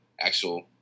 actual